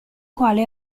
quale